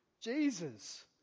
Jesus